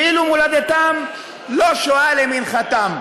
ואילו מולדתם לא שועה למנחתם,